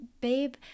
babe